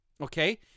Okay